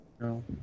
No